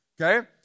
okay